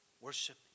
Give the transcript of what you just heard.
Worship